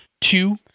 Two